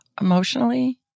emotionally